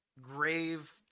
grave